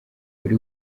buri